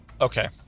Okay